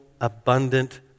abundant